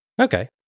Okay